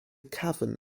cavern